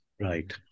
Right